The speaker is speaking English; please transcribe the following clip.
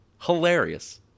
hilarious